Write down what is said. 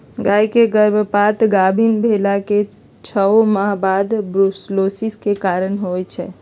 गाय के गर्भपात गाभिन् भेलाके छओ मास बाद बूर्सोलोसिस के कारण होइ छइ